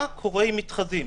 מה קורה עם מתחזים?